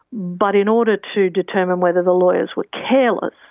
but in order to determine whether the lawyers were careless,